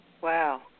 Wow